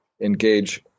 engage